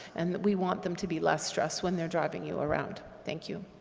and that we want them to be less stressed when they're driving you around. thank you.